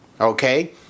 okay